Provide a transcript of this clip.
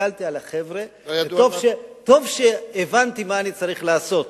הסתכלתי על החבר'ה וטוב שהבנתי מה אני צריך לעשות.